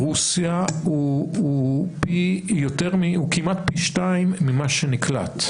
backlogהוא כמעט פי שניים ממה שנקלט.